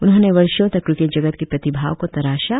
उन्होंने वर्षों तक क्रिकेट जगत की प्रतिभाओं को तराशा